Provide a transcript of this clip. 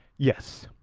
yes,